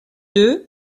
d’œuf